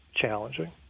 challenging